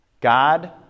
God